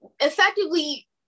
effectively